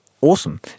awesome